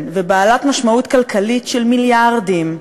ובעלת המשמעות הכלכלית של מיליארדים,